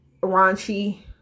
raunchy